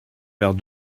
verre